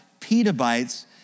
petabytes